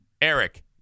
Eric